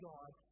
God